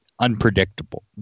unpredictable